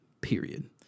period